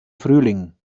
frühling